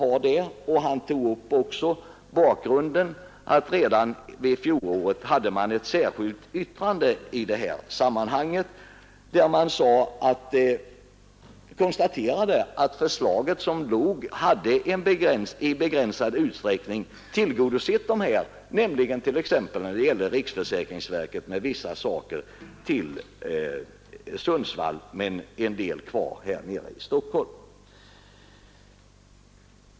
Han tog också upp bakgrunden härtill, nämligen att man redan under fjolåret hade ett särskilt yttrande i detta sammanhang, där man konstaterade att det då föreliggande förslaget i begränsad utsträckning hade tillgodosett deras krav, t.ex. när det gällde riksförsäkringsverket, där vissa verksamheter överförs till Sundsvall medan en del blir kvar här i Stockholm.